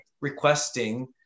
requesting